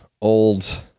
old